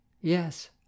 Yes